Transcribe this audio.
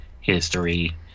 history